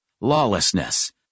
lawlessness